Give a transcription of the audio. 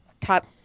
top